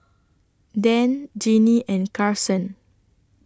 Dan Jinnie and Karson